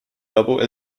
double